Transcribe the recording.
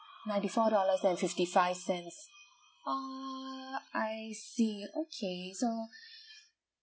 ninety four dollars and fifty five cents err I see okay so